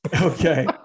Okay